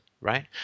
right